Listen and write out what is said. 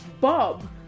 Bob